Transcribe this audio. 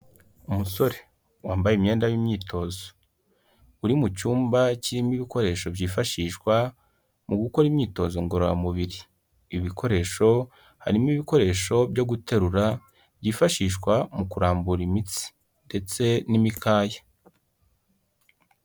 Umusore wambaye imyenda y'imyitozo, uri mu cyumba kirimo ibikoresho byifashishwa mu gukora imyitozo ngororamubiri, ibi bikoresho harimo ibikoresho byo guterura, byifashishwa mu kurambura imitsi ndetse n'imikaya.